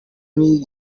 n’iri